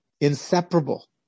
inseparable